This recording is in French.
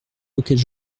auxquels